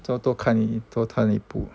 最多看一多看一部